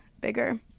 bigger